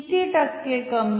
किती टक्के कमी